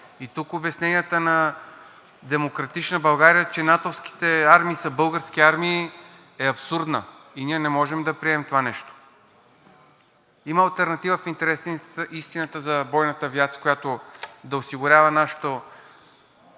И тук обясненията на „Демократична България“, че натовските армии са български армии, са абсурдни и ние не можем да приемем това. Има алтернатива в интерес на истината за бойната авиация, която да осигурява нашето